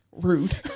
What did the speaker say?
Rude